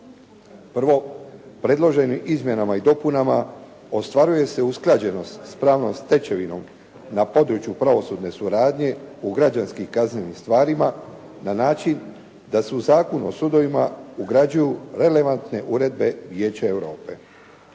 Prvo, predloženim izmjenama i dopunama predlaže se usklađenost s pravnom stečevinom na području pravosudne suradnje u građanskim kaznenim stvarima na način da se u Zakon o sudovima ugrađuju relevantne uredbe Vijeća Europe.